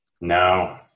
No